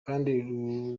kandi